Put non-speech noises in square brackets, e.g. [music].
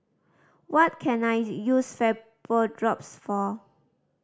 what can I [unintelligible] use Vapodrops for